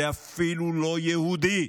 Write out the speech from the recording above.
זה אפילו לא יהודי.